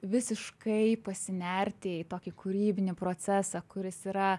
visiškai pasinerti į tokį kūrybinį procesą kuris yra